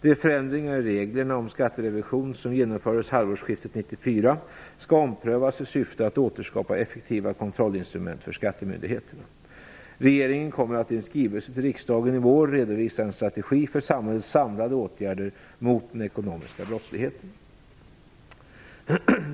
De förändringar i reglerna om skatterevision som genomfördes halvårsskiftet 1994 skall omprövas i syfte att återskapa effektiva kontrollinstrument för skattemyndigheterna. Regeringen kommer att i en skrivelse till riksdagen i vår redovisa en strategi för samhällets samlade åtgärder mot den ekonomiska brottsligheten.